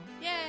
Yay